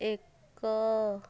ଏକ